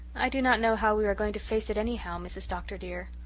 i do not know how we are going to face it anyhow, mrs. dr. dear.